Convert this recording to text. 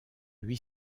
lui